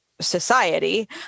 society